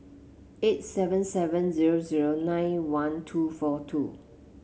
eight seven seven zero zero nine one two four two